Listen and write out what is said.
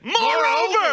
Moreover